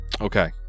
Okay